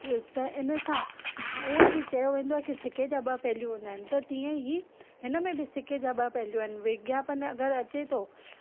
उ त इन सां हुंअ ई बि चयो वेंदो आहे की सिके जा ॿ पहलू हूंदा आहिनि त तीअं ई हिन में बि सिके जा ॿ पहलू आहिनि विज्ञापन अगरि अचे थो